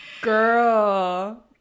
Girl